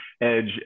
Edge